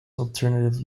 alternative